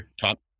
top